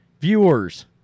viewers